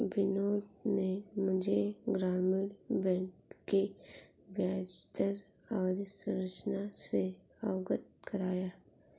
बिनोद ने मुझे ग्रामीण बैंक की ब्याजदर अवधि संरचना से अवगत कराया